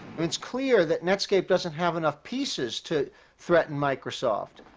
it's clear that netscape doesn't have enough pieces to threaten microsoft.